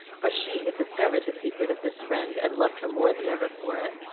for she had discovered the secret of this friend, and loved her more than ever for it.